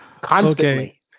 constantly